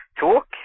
talk